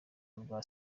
rwa